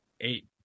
eight